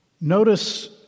Notice